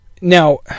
Now